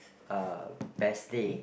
uh best day